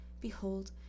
Behold